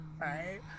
right